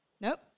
nope